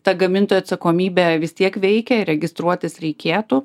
ta gamintojų atsakomybė vis tiek veikia ir registruotis reikėtų